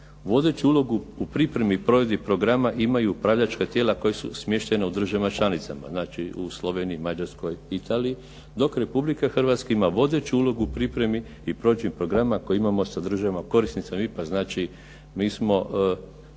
vodeću ulogu u pripremi provedbi programa imaju upravljačka tijela koja su smještena u državama članicama, znači u Sloveniji, Mađarskoj i Italiji dok Republika Hrvatska ima vodeću ulogu u pripremi i provođenju programa koje imamo sa državama korisnicima IPA. Znači, mi smo